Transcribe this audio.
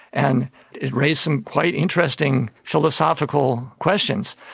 and it raised some quite interesting philosophical questions.